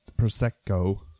Prosecco